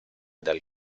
dal